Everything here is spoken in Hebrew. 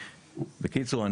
בקיצור,